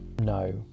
No